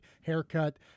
haircut